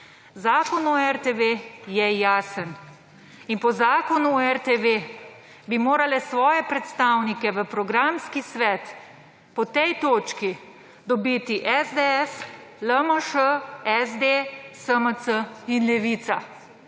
Zakon o RTV je jasen. In po zakonu o RTV bi morale svoje predstavnike v programski svet po tej točki dobiti SDS, LMŠ, SD, SMC in Levica.